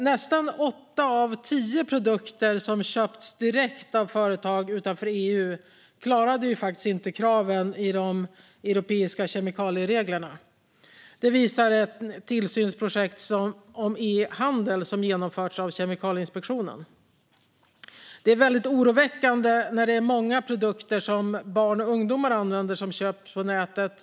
Nästan åtta av tio produkter som köpts direkt av företag utanför EU klarade faktiskt inte kraven i de europeiska kemikaliereglerna. Det visar ett tillsynsprojekt om e-handel som genomförts av Kemikalieinspektionen. Detta är väldigt oroväckande eftersom många produkter som barn och ungdomar använder köps på nätet.